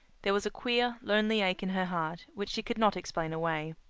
there was a queer, lonely ache in her heart which she could not explain away.